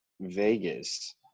Vegas